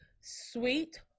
Sweet